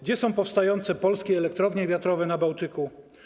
Gdzie są powstające polskie elektrownie wiatrowe na Bałtyku?